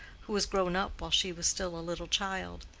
who was grown up while she was still a little child.